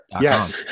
Yes